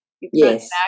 Yes